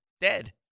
dead